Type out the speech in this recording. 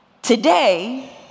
Today